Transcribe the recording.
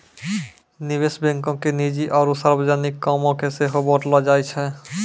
निवेश बैंको के निजी आरु सार्वजनिक कामो के सेहो बांटलो जाय छै